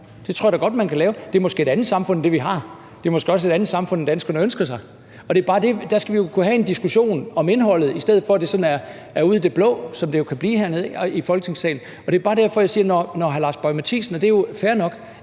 Det tror jeg da godt man kan lave. Det bliver måske et andet samfund end det, vi har. Det bliver måske også et andet samfund end det, danskerne ønsker sig. Der skal vi jo kunne have en diskussion om indholdet, i stedet for at det sådan kommer ud af det blå, som det kan gøre hernede i Folketingssalen. Det er jo fair nok, at man ikke til i dag har haft